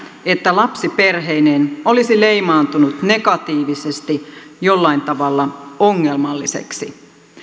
että lapsi perheineen olisi leimaantunut negatiivisesti jollain tavalla ongelmalliseksi